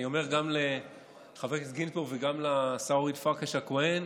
אני אומר גם לחבר הכנסת גינזבורג וגם לשרה אורית פרקש הכהן: